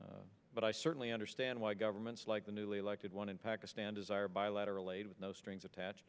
but i certainly understand why governments like the newly elected one in pakistan desire bilateral aid with no strings attached